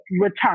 return